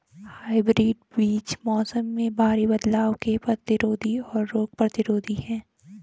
hybrid बीज मौसम में भारी बदलाव के प्रतिरोधी और रोग प्रतिरोधी हैं